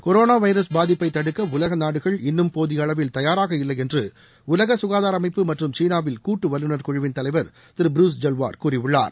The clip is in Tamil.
கொரோனா வைரஸ் பாதிப்பை தடுக்க உலக நாடுகள் இன்னும் போதிய அளவில் தயாராக இல்லை என்று உலக சுகாதார அமைப்பு மற்றும் சீனாவில் கூட்டு வல்லுநர் குழுவின் தலைவர் திரு ப்ரூஸ் ஐல்வார் கூறியுள்ளார்